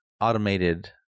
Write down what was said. automated